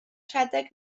rhedeg